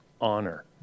honor